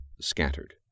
scattered